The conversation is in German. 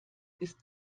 ist